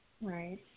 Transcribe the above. Right